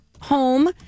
home